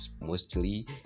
mostly